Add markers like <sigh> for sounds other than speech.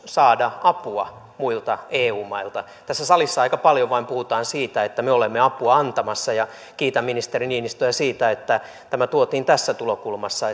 saada apua muilta eu mailta tässä salissa aika paljon puhutaan vain siitä että me olemme apua antamassa ja kiitän ministeri niinistöä siitä että tämä tuotiin tässä tulokulmassa <unintelligible>